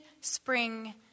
spring